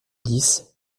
dix